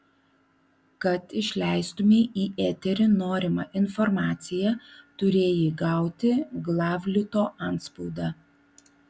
kad išleistumei į eterį norimą informaciją turėjai gauti glavlito antspaudą